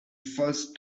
first